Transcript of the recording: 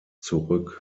zurück